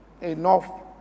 enough